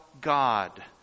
God